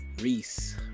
reese